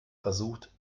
versucht